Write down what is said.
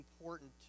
important